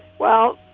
well,